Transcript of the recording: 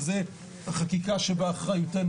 וזה החקיקה שבאחריותנו,